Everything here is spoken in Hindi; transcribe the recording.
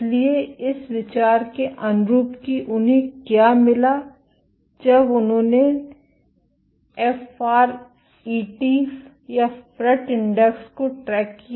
इसलिए इस विचार के अनुरूप कि उन्हें क्या मिला जब उन्होंने एफआरईटी इंडेक्स को ट्रैक किया